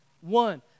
One